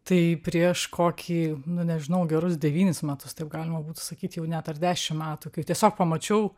tai prieš kokį nu nežinau gerus devynis metus taip galima būtų sakyti jau net ar dešim metų kai tiesiog pamačiau